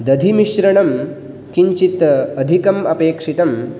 दधिमिश्रणं किञ्चित् अधिकम् अपेक्षितम्